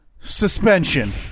Suspension